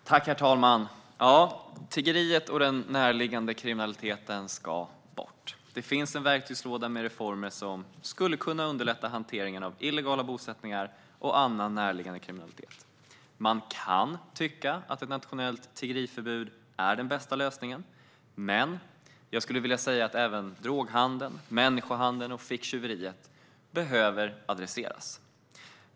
Svar på interpellationer Herr talman! Tiggeriet och den närliggande kriminaliteten ska bort. Det finns en verktygslåda med reformer som skulle kunna underlätta hanteringen av illegala bosättningar och annan närliggande kriminalitet. Man kan tycka att ett nationellt tiggeriförbud är den bästa lösningen. Men även droghandeln, människohandeln och ficktjuveriet behöver adresseras.